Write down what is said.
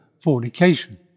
fornication